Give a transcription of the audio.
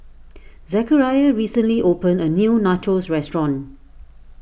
Zechariah recently opened a new Nachos restaurant